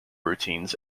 routines